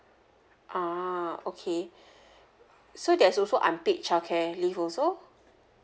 ah okay so there's also unpaid childcare leave also